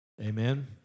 Amen